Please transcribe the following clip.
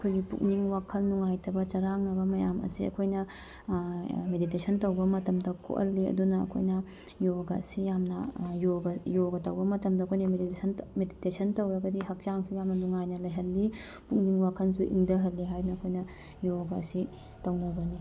ꯑꯩꯈꯣꯏꯒꯤ ꯄꯨꯛꯅꯤꯡ ꯋꯥꯈꯜ ꯅꯨꯡꯡꯥꯏꯇꯕ ꯆꯔꯥꯡꯅꯕ ꯃꯌꯥꯝ ꯑꯁꯦ ꯑꯩꯈꯣꯏꯅ ꯃꯦꯗꯤꯇꯦꯁꯟ ꯇꯧꯕ ꯃꯇꯝꯗ ꯀꯣꯛꯍꯜꯂꯤ ꯑꯗꯨꯅ ꯑꯩꯈꯣꯏꯅ ꯌꯣꯒꯥ ꯑꯁꯤ ꯌꯥꯝꯅ ꯌꯣꯒꯥ ꯌꯣꯒꯥ ꯇꯧꯕ ꯃꯇꯝꯗ ꯑꯩꯈꯣꯏꯅ ꯃꯦꯗꯤꯇꯦꯁꯟ ꯃꯦꯗꯤꯇꯦꯁꯟ ꯇꯧꯔꯒꯗꯤ ꯍꯛꯆꯥꯡꯁꯨ ꯌꯥꯝꯅ ꯅꯨꯡꯉꯥꯏꯅ ꯂꯩꯍꯜꯂꯤ ꯄꯨꯛꯅꯤꯡ ꯋꯥꯈꯜꯁꯨ ꯏꯪꯊꯍꯜꯂꯤ ꯍꯥꯏꯅ ꯌꯣꯒꯥ ꯑꯁꯤ ꯇꯧꯅꯕꯅꯤ